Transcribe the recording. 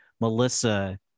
Melissa